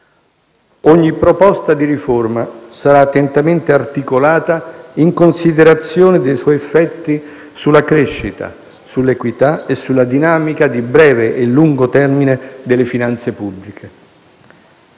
Ogni proposta di riforma sarà attentamente articolata in considerazione dei suoi effetti sulla crescita, sull'equità e sulla dinamica di breve e lungo termine delle finanze pubbliche.